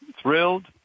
thrilled